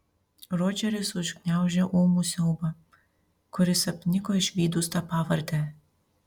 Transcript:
rodžeris užgniaužė ūmų siaubą kuris apniko išvydus tą pavardę